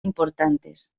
importantes